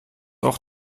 auch